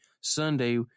Sunday